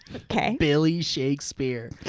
okay. billy shakespeare.